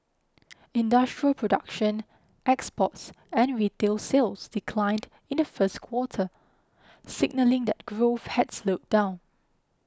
industrial production exports and retail sales declined in the first quarter signalling that growth had slowed down